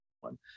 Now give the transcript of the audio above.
one